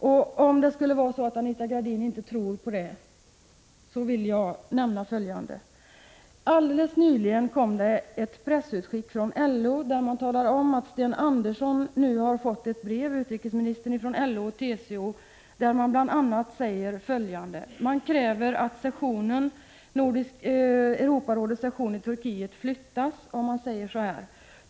Men om inte Anita Gradin tror på det vill jag nämna följande: Alldeles nyligen kom det ett pressutskick från LO, där man talar om att utrikesminister Sten Andersson har fått ett brev från LO och TCO med krav på att Europarådets session i Turkiet flyttas.